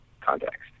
context